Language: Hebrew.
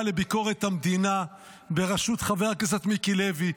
לביקורת המדינה בראשות חבר הכנסת מיקי לוי,